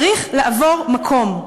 צריך לעבור מקום.